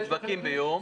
נדבקים ביום,